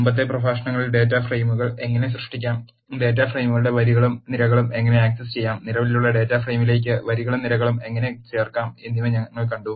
മുമ്പത്തെ പ്രഭാഷണങ്ങളിൽ ഡാറ്റ ഫ്രെയിമുകൾ എങ്ങനെ സൃഷ്ടിക്കാം ഡാറ്റ ഫ്രെയിമുകളുടെ വരികളും നിരകളും എങ്ങനെ ആക്സസ് ചെയ്യാം നിലവിലുള്ള ഡാറ്റ ഫ്രെയിമിലേക്ക് വരികളും നിരകളും എങ്ങനെ ചേർക്കാം എന്നിവ ഞങ്ങൾ കണ്ടു